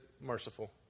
merciful